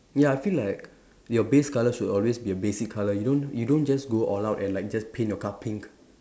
ya I feel like your base colour should always be a basic colour you don't you don't just go all out and like just paint your car pink